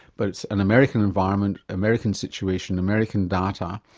but it's an american environment, american situation, american data,